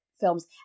films